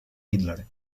hitler